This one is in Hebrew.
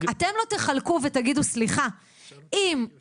אתם לא תחלקו ותגידו עכשיו שסליחה,